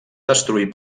destruir